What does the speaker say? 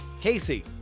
Casey